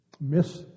Miss